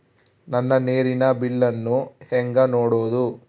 ನನ್ನ ನೇರಿನ ಬಿಲ್ಲನ್ನು ಹೆಂಗ ನೋಡದು?